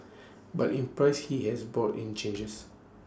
but in practice he has brought in changes